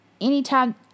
anytime